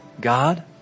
God